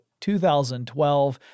2012 –